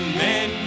men